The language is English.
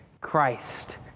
Christ